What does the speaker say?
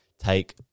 Take